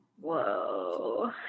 Whoa